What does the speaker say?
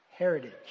Heritage